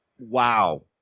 Wow